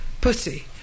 pussy